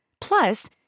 Plus